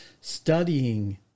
studying